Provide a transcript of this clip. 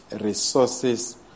resources